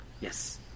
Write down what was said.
yes